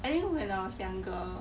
I think when I was younger